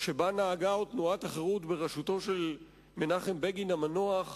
שבה נהגה עוד תנועת חרות בראשותו של מנחם בגין המנוח,